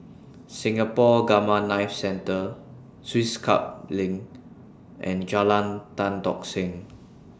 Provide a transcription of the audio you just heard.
Singapore Gamma Knife Centre Swiss Club LINK and Jalan Tan Tock Seng